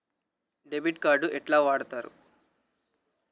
Debit card ఎట్లా వాడుతరు?